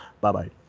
Bye-bye